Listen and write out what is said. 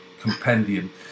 compendium